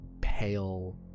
pale